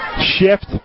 shift